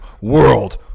world